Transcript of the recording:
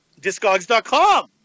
Discogs.com